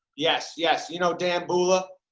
yes, yes. you know dan bulla,